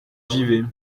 givet